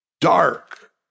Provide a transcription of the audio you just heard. Dark